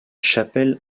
chapelle